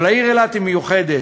אבל העיר אילת היא מיוחדת.